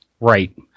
Right